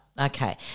Okay